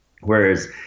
Whereas